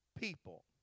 people